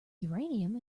uranium